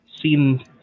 seen